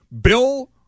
Bill